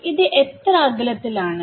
ഇത് എത്ര അകലത്തിൽ ആണ്